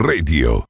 Radio